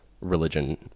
religion